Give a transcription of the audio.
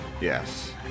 Yes